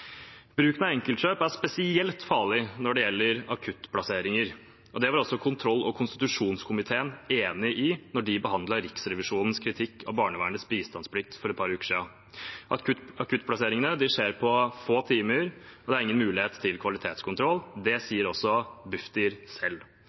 Bruken av enkeltkjøp er spesielt farlig når det gjelder akuttplasseringer. Det var også kontroll- og konstitusjonskomiteen enig i da de behandlet Riksrevisjonens kritikk av barnevernets bistandsplikt for et par uker siden. Akuttplasseringene skjer på få timer, og det er ingen mulighet til kvalitetskontroll. Det